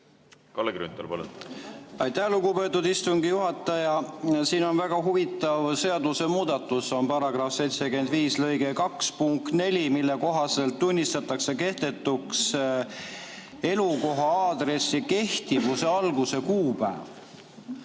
Kalle Grünthal, palun! Aitäh, lugupeetud istungi juhataja! Siin on väga huvitav seadusemuudatus: § 75 lõike 2 punkti 4 kohaselt tunnistatakse kehtetuks elukoha aadressi kehtivuse alguse kuupäev.